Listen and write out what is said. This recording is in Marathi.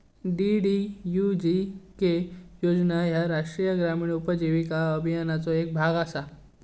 डी.डी.यू.जी.के योजना ह्या राष्ट्रीय ग्रामीण उपजीविका अभियानाचो येक भाग असा